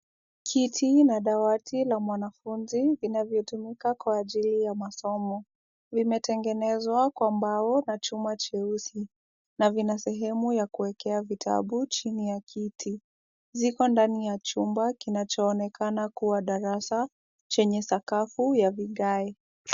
Kiti na dawati la mwanafunzi, vinavyotumika kwa ajili ya masomo. Vimetengenezwa kwa mbao na chuma cheusi na vina sehemu ya kuwekea vitabu chini ya kiti. Ziko ndani ya chumba kinachoonekana kuwa darasa, chenye sakafu ya vigae.